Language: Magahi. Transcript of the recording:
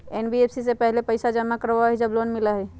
एन.बी.एफ.सी पहले पईसा जमा करवहई जब लोन मिलहई?